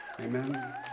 Amen